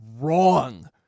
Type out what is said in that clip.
wrong